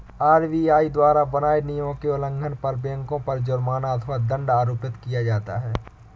RBI द्वारा बनाए नियमों के उल्लंघन पर बैंकों पर जुर्माना अथवा दंड आरोपित किया जाता है